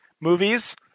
movies